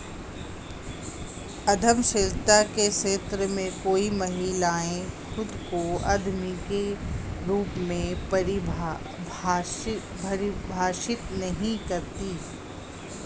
उद्यमशीलता के क्षेत्र में कई महिलाएं खुद को उद्यमी के रूप में परिभाषित नहीं करती